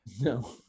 No